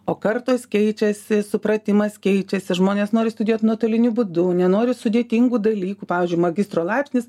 o kartos keičiasi supratimas keičiasi žmonės nori studijuot nuotoliniu būdu nenori sudėtingų dalykų pavyzdžiui magistro laipsnis